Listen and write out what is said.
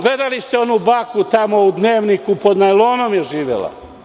Gledali ste onu baku tamo u dnevniku, pod najlonom je živela.